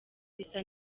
bisa